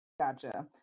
Gotcha